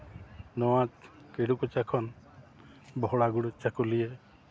ᱱᱚᱣᱟ ᱠᱮᱲᱩ ᱠᱚᱪᱟ ᱠᱷᱚᱱ ᱵᱚᱦᱲᱟ ᱜᱚᱲᱟ ᱪᱟᱹᱠᱩᱞᱤᱭᱟᱹ